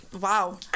Wow